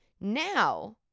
Now